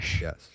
Yes